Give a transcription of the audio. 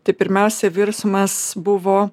tai pirmiausia virsmas buvo